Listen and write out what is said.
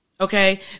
Okay